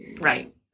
Right